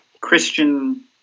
christian